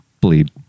bleed